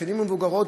השנים המבוגרות,